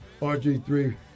RG3